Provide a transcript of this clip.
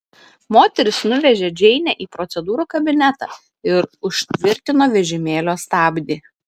moteris nuvežė džeinę į procedūrų kabinetą ir užtvirtino vežimėlio stabdį